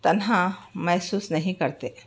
تنہا محسوس نہیں کرتے